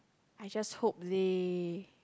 I just hope they